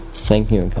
thank you,